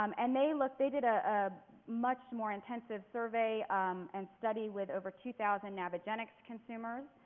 um and they looked they did a ah much more intensive survey and study with over two thousand navigenics consumers.